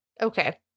Okay